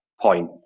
point